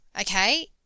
okay